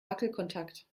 wackelkontakt